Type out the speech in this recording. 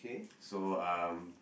so um